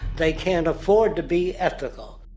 they can't afford to be ethical.